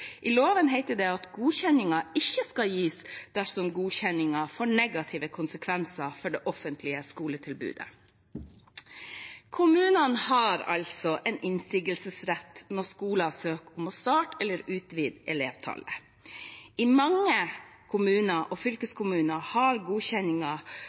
loven heter det «at godkjenning ikke skal gis dersom godkjenningen får negative konsekvenser for det offentlige skoletilbudet». Kommunene har altså en innsigelsesrett når skoler søker om å starte opp eller om å utvide elevtallet. I mange kommuner og